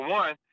one